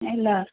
ହେଲା